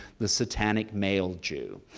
the satanic male jew.